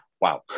Wow